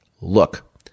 look